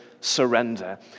surrender